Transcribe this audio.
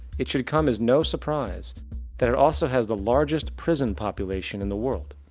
it shall come as no surprise that it also has the largest prison population in the world.